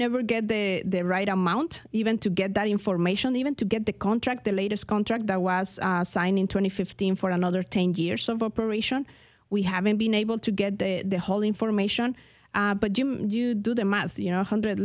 never get the right amount even to get that information even to get the contract the latest contract that was signing twenty fifteen for another ten years of operation we haven't been able to get the whole information but you do the math you know hundred